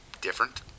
Different